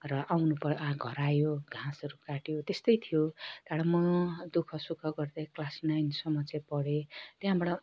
र आउनु प आ घर आयो घाँसहरू काट्यो त्यस्तै थियो त्यहाँबाट म दुःख सुख गर्दै क्लास नाइनसम्म चाहिँ पढेँ त्यहाँबाट